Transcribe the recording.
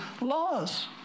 laws